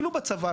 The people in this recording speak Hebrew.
אפילו בצבא,